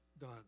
done